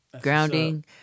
grounding